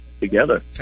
together